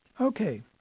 Okay